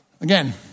Again